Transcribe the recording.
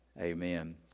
Amen